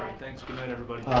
thanks, good night everybody.